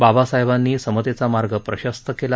बाबासाहेबांनी समतेचा मार्ग प्रशस्त केला